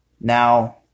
Now